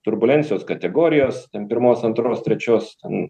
turbulencijos kategorijos ten pirmos antros trečios ten